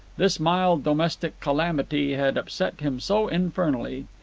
this mild domestic calamity had upset him so infernally.